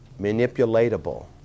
manipulatable